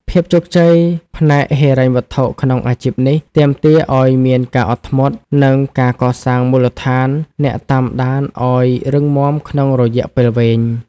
ភាពជោគជ័យផ្នែកហិរញ្ញវត្ថុក្នុងអាជីពនេះ ទាមទារឱ្យមានការអត់ធ្មត់ និងការកសាងមូលដ្ឋានអ្នកតាមដានឱ្យរឹងមាំក្នុងរយៈពេលវែង។